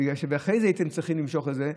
ואחרי זה הייתם צריכים למשוך את זה,